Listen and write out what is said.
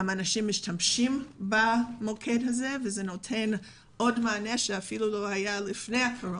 אנשים משתמשים במוקד הזה וזה נותן עוד מענה שאפילו לא היה לפני הקורונה.